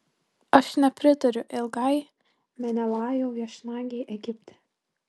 aš nepritariu ilgai menelajo viešnagei egipte